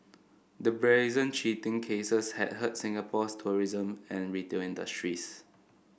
the brazen cheating cases had hurt Singapore's tourism and retail industries